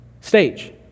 stage